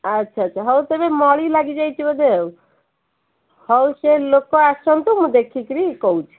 ଆଚ୍ଛା ଆଚ୍ଛା ହଉ ତେବେ ମଳି ଲାଗିଯାଇଛି ବୋଧେ ହଉ ସେ ଲୋକ ଆସନ୍ତୁ ମୁଁ ଦେଖିକରି କହୁଛି